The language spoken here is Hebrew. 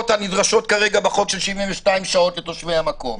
הנדרשות בחוק של 72 שעות לתושבי המקום.